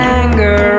anger